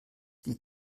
die